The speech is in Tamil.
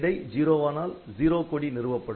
விடை '0' வானால் 'Zero' கொடி நிறுவப்படும்